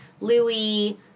Louis